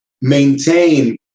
maintain